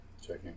Checking